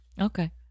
Okay